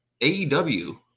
AEW